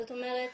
זאת אומרת,